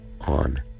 on